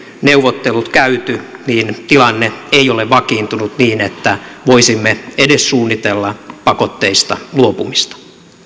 neuvottelut käyty niin tilanne ei ole vakiintunut niin että voisimme edes suunnitella pakotteista luopumista